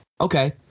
Okay